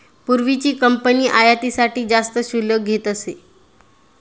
पूर्वीची कंपनी आयातीसाठी जास्त शुल्क घेत असे